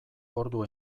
ordu